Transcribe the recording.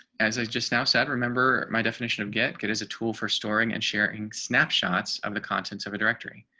as i just now said, remember my definition of get get is a tool for storing and sharing snapshots of the contents of the directory